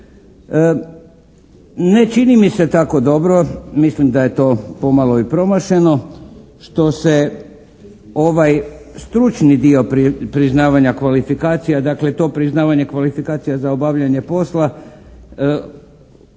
Ne čini mi se tako dobro. Mislim da je to pomalo i promašeno što se ovaj stručni dio priznavanja kvalifikacija, dakle to priznavanje kvalifikacija za obavljanje posla